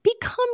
become